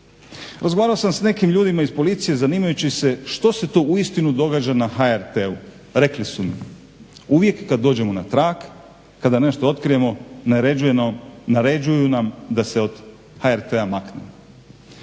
Razgovarao sam sa nekim ljudima iz policije zanimajući se što se to uistinu događa na HRT-u. Rekli su mi uvijek kad dođemo na trag, kada nešto otkrijemo naređuju nam da se od HRT maknem.